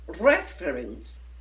reference